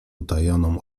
utajoną